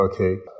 okay